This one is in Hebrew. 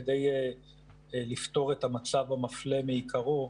כדי לפתור את המצב המפלה מעיקרו,